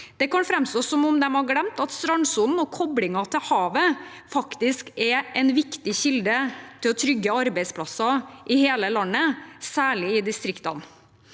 Det kan framstå som om de har glemt at strandsonen og koblingen til havet faktisk er en viktig kilde til å trygge arbeidsplasser i hele landet, særlig i distriktene.